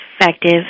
effective